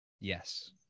Yes